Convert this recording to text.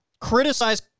criticize